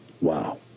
Wow